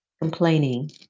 complaining